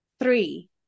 three